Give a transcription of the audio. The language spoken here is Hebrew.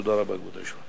תודה רבה, כבוד היושב-ראש.